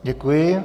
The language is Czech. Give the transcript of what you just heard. Děkuji.